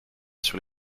sur